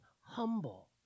humble